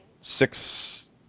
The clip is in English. six